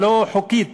הלא-חוקית,